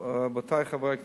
רבותי חברי הכנסת,